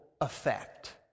effect